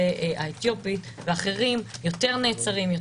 האתיופית והאחרים נעצרים יותר,